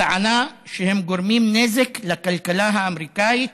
בטענה שהם גורמים נזק לכלכלה האמריקנית,